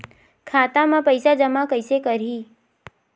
खाता म पईसा जमा कइसे करही?